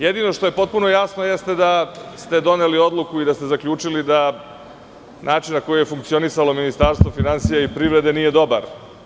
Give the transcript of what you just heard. Jedino što je potpuno jasno jeste da ste doneli odluku i da ste zaključili da način na koji je funkcionisalo Ministarstvo finansija i privrede nije dobar.